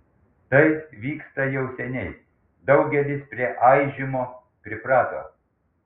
tai vyksta jau seniai daugelis prie aižymo priprato